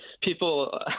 people